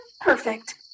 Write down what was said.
perfect